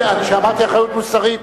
כשאמרתי אחריות מוסרית,